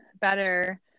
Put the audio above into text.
better